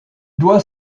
doit